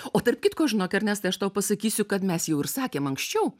o tarp kitko žinok ernestai aš tau pasakysiu kad mes jau ir sakėm anksčiau